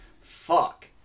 fuck